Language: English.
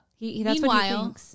meanwhile